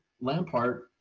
Lampard